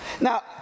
Now